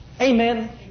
Amen